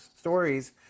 stories